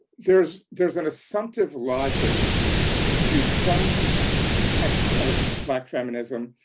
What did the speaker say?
there's there's an assumptive logic to some texts of black feminism,